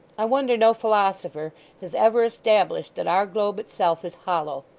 i wonder no philosopher has ever established that our globe itself is hollow.